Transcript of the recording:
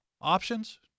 options